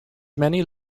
many